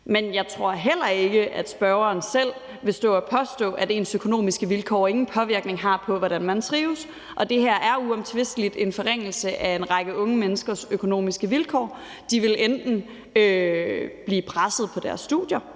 Men jeg tror heller ikke, at spørgeren selv vil stå og påstå, at ens økonomiske vilkår ingen virkning har på, hvordan man trives. Og det her er uomtvisteligt en forringelse af en række unge menneskers økonomiske vilkår. De vil enten blive presset på deres studier